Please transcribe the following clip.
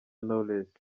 knowless